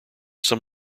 some